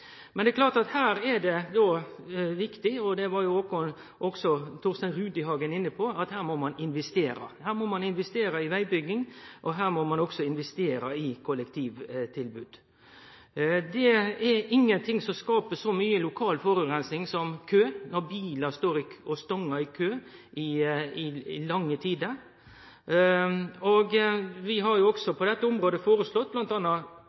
Her er det viktig– som også Torstein Rudihagen var inne på – at ein investerer. Her må ein investere i vegbygging og kollektivtilbod. Det er ingenting som skaper så mykje lokal forureining som kø, når bilar står og stangar i kø i lange tider. Vi har på dette området bl.a. foreslått